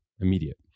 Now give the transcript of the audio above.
immediate